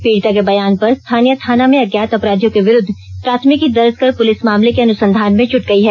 पीड़िता के बयान पर स्थानीय थाना में अज्ञात अपराधियों के विरुद्व प्राथमिकी दर्ज कर पुलिस मामले के अनुसंधान में जुट गई है